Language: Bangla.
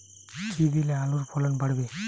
কী দিলে আলুর ফলন বাড়বে?